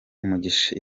umugisha